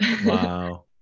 Wow